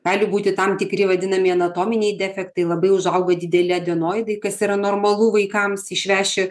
gali būti tam tikri vadinami anatominiai defektai labai užauga dideli adenoidai kas yra normalu vaikams išveši